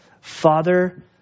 Father